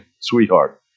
sweetheart